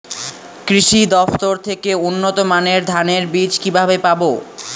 কৃষি দফতর থেকে উন্নত মানের ধানের বীজ কিভাবে পাব?